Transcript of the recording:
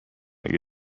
اگه